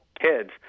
kids